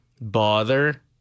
bother